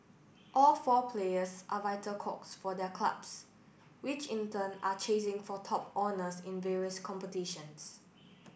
all four players are vital cogs for their clubs which in turn are chasing for top honours in various competitions